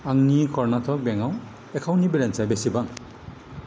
आंनि कर्नाटक बेंकआव एकाउन्टनि बेलेन्सा बेसेबां